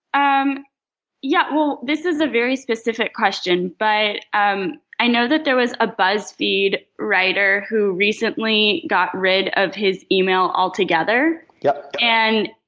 um yeah well, this is a very specific question but and i know that there was a buzz feed writer who recently got rid of his email altogether. yeah and,